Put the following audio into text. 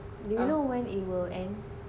do you know when it will end